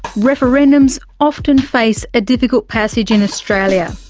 referendums often face a difficult passage in australia.